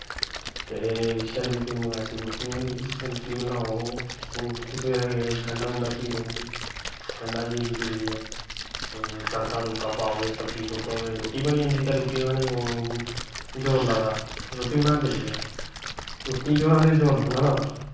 ते शर्म शुर्म ऐसी कुश नी होंदी रुट्टी बनाओ सवेरै गंडा गुंडा चीरो गंडा चीरी चुरियै तंड़का तुड़का पाओ ते रुट्टी बना जंदी ते रुट्टी बनानें गी कदूं जोर लगदा ऐ रुट्टी बनांदें केह् ऐ रुट्टी बनांदे जोर थोह्ड़ी लगदा